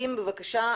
אלה סקעת, בבקשה.